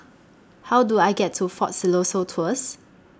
How Do I get to Fort Siloso Tours